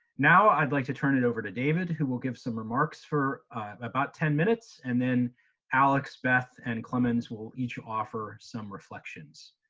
now i'd like to turn it over to david, who will give some remarks for about ten minutes, and then alex, beth, and clemens will each offer some reflections.